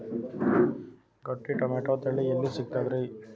ಗಟ್ಟಿ ಟೊಮೇಟೊ ತಳಿ ಎಲ್ಲಿ ಸಿಗ್ತರಿ?